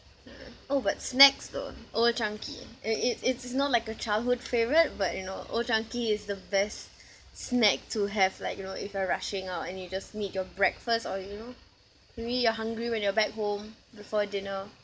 oh but snacks though Old Chang Kee and it's it's it's not like a childhood favourite but you know Old Chang Kee is the best snack to have like you know if you're rushing out and you just need your breakfast or you know maybe you're hungry when you're back home before dinner